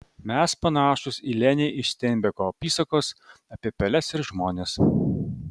mes panašūs į lenį iš steinbeko apysakos apie peles ir žmones